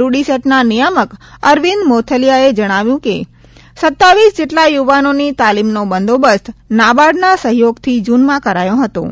રૂડીસેટના નિયામક અરવિંદ મોથલિયાએ જણાવ્યું છેકે સતાવીસ જેટલા યુવાનોની તાલીમનો બંદોબસ્ત નાબાર્ડના સહયોગથી જૂનમાં કરાયો હતો